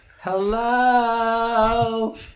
Hello